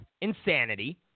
insanity